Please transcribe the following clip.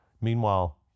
meanwhile